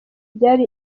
byari